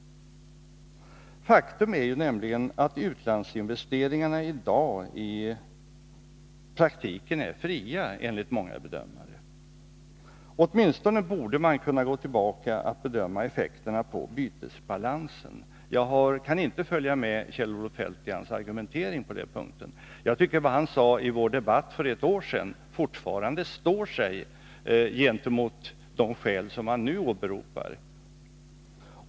Faktum är nämligen att utlandsinvesteringarna i dag i praktiken är fria enligt många bedömare. Åtminstone borde man kunna gå tillbaka och bedöma effekterna på bytesbalansen. Jag kan inte följa Kjell-Olof Feldt i hans argumentering på den punkten. Jag tycker att det han sade i vår debatt för ett år sedan fortfarande står sig gentemot de skäl som han nu åberopar.